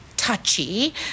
touchy